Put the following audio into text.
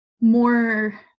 more